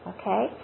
Okay